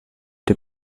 der